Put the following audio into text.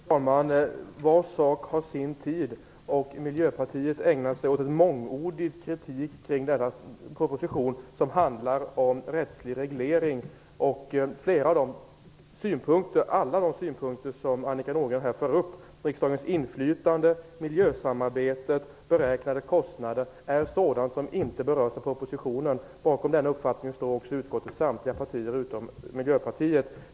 Fru talman! Var sak har sin tid. Miljöpartiet ägnar sig åt en mångordig kritik av denna proposition som handlar om rättslig reglering. Alla de synpunkter som Annika Nordgren här för fram - riksdagens inflytande, miljösamarbetet, beräknade kostnader - gäller sådant som inte berörs i propositionen. Bakom denna uppfattning står samtliga partier i utskottet utom Miljöpartiet.